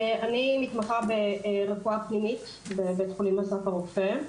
אני מתמחה ברפואה פנימית בבית החולים אסף הרופא.